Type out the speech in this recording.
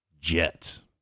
Jets